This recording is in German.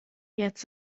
jetzt